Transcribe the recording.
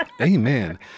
Amen